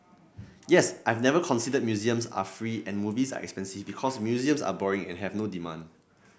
yes I've never considered museums are free and movies are expensive because museums are boring and have no demand